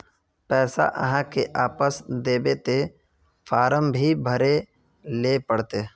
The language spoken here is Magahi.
पैसा आहाँ के वापस दबे ते फारम भी भरें ले पड़ते?